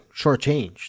shortchanged